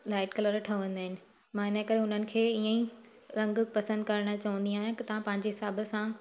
light colour ठहंदा आहिनि मां हिन करे हुननि खे इअंई रंग पसंदि करण चवंदी आहियां की तव्हां पंहिंजे हिसाब सां